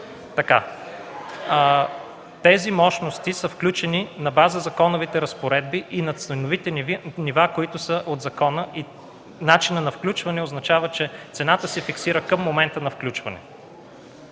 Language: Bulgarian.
Тези мощности са включени на база законовите разпоредби и на ценовите нива, които са регламентирани от закона. Начинът на включване означава, че цената се фиксира към момента на включване.